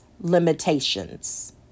limitations